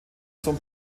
zum